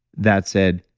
that said,